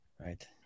right